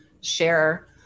share